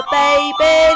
baby